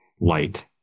light